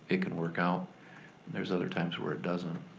it can work out. and there's other times where it doesn't.